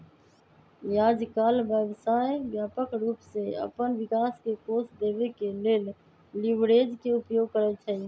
याजकाल व्यवसाय व्यापक रूप से अप्पन विकास के कोष देबे के लेल लिवरेज के उपयोग करइ छइ